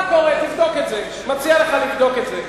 מה קורה, תבדוק את זה, מציע לך לבדוק את זה.